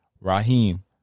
raheem